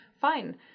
fine